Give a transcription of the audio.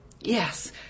Yes